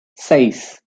seis